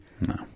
No